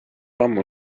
ammu